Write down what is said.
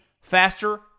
faster